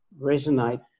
resonate